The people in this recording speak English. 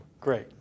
Great